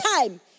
time